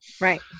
right